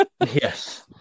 Yes